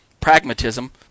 pragmatism